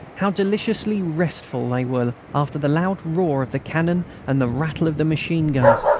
how deliciously restful they were after the loud roar of the cannon and the rattle of the machine-guns!